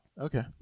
Okay